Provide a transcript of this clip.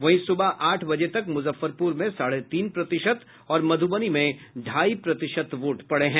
वहीं सुबह आठ बजे तक मुजफ्फरपुर में साढे तीन प्रतिशत और मधुबनी में ढ़ाई प्रतिशत वोट पड़े हैं